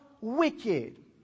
wicked